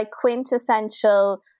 quintessential